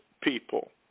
people